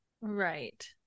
Right